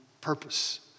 purpose